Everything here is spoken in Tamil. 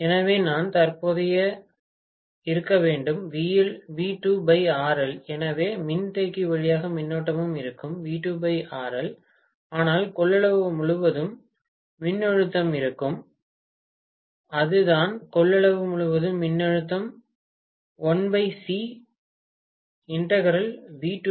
எனவே நான் தற்போதைய இருக்க வேண்டும் எனவே மின்தேக்கி வழியாக மின்னோட்டமும் இருக்கும் ஆனால் கொள்ளளவு முழுவதும் மின்னழுத்தம் இருக்கும் அதுதான் கொள்ளளவு முழுவதும் மின்னழுத்தம் இது இருக்கும்